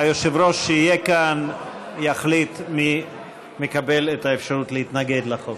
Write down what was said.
היושב-ראש שיהיה כאן יחליט מי מקבל את האפשרות להתנגד לחוק.